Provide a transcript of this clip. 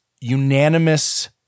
unanimous